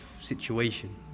situation